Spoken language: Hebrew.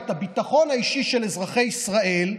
את הביטחון האישי של אזרחי ישראל,